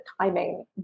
timing